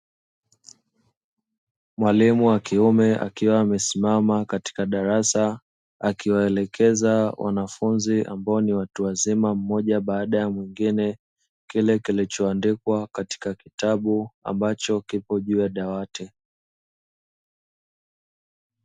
Mwalimu wa kiume akiwa amesimama katika darasa, akiwaelekeza wanafunzi ambao ni watu wazima mmoja baada ya mwingine, kile kilichoandikwa katika kitabu ambacho kiko juu ya dawati.